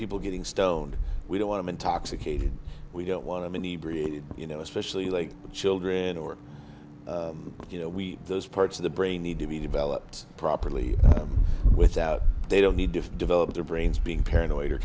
people getting stoned we don't want intoxicated we don't want any breed you know especially like children or you know we those parts of the brain need to be developed properly without they don't need to develop their brains being paranoid or